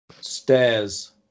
Stairs